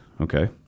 Okay